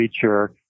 feature